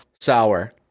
sour